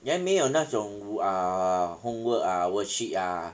then 没有那种 uh homework ah worksheet ah